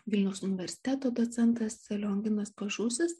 vilniaus universiteto docentas lionginas pažūsis